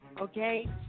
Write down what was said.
Okay